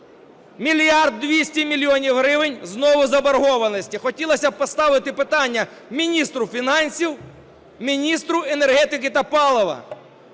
Мільярд 200 мільйонів гривень знову заборгованості. Хотілося б поставити питання міністру фінансів, міністру енергетики та палива.